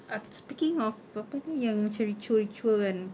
uh speaking of apa ni yang macam ritual ritual kan